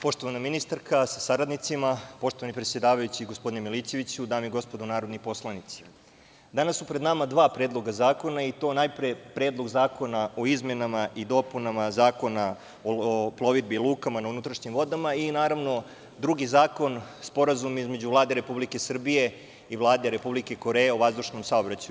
Poštovana ministarka sa saradnicima, poštovani predsedavajući, gospodine Milićeviću, dame i gospodo narodni poslanici, danas su pred nama dva predloga zakona i to, najpre Predlog zakona o izmenama i dopunama Zakona o plovidbi lukama na unutrašnjim vodama i naravno, drugi zakon Sporazum između Vlade Republike Srbije i Vlade Republike Koreje o vazdušnom saobraćaju.